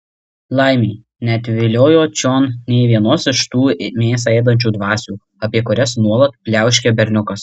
laimė neatviliojo čion nė vienos iš tų mėsą ėdančių dvasių apie kurias nuolat pliauškia berniukas